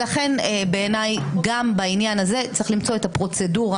לכן בעיניי גם בעניין הזה צריך למצוא את הפרוצדורה